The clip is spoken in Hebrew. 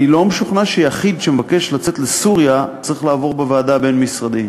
אני לא משוכנע שיחיד שמבקש לצאת לסוריה צריך לעבור בוועדה הבין-משרדית.